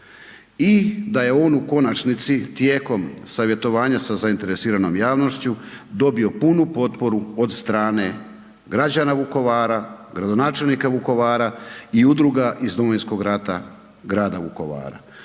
i da je on u konačnici tijekom savjetovanja sa zainteresiranom javnošću dobio punu potporu od strane građana Vukovara, gradonačelnika Vukovara i udruga iz Domovinskog rata grada Vukovara.